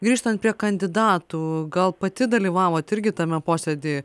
grįžtant prie kandidatų gal pati dalyvavot irgi tame posėdy